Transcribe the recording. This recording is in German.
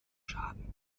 schaden